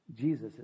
Jesus